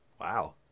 Wow